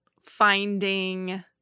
Finding